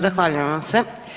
Zahvaljujem vam se.